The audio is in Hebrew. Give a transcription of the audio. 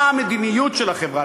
מה המדיניות של החברה?